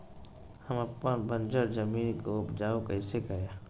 हम अपन बंजर जमीन को उपजाउ कैसे करे?